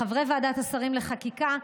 לחברי ועדת השרים לחקיקה,